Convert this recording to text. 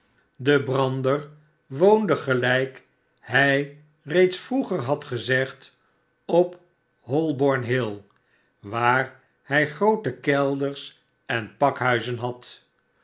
de brander woonde gelijk hij reeds vroeger had gezegd op holborn-hill waar hij groote kelders en pakhuizen had